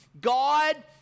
God